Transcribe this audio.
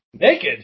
Naked